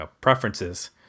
preferences